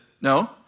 No